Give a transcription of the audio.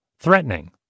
threatening